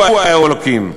הוא האלוקים".